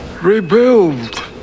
rebuild